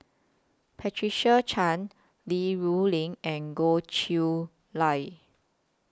Patricia Chan Li Rulin and Goh Chiew Lye